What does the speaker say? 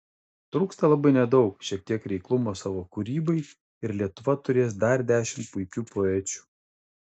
trūksta labai nedaug šiek tiek reiklumo savo kūrybai ir lietuva turės dar dešimt puikių poečių